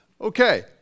Okay